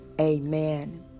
Amen